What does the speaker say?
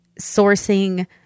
sourcing